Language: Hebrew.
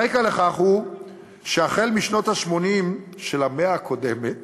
הרקע לכך הוא שהחל משנות ה-80 של המאה הקודמת